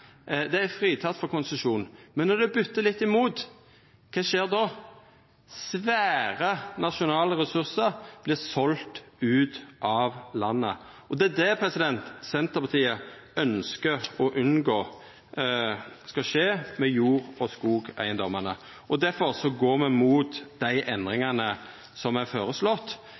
er det fritak frå konsesjon. Men når det buttar litt imot, kva skjer då? Svære nasjonale ressursar vert selde ut av landet. Det er det Senterpartiet ønskjer å unngå skal skje med jord- og skogeigedomane. Difor går me mot dei endringane som er føreslått.